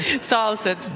Salted